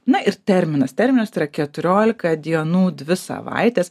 na ir terminas terminas tai yra keturiolika dienų dvi savaitės